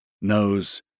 knows